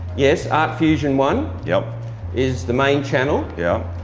yes, art fusion one yeah is the main channel. yeah.